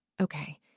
Okay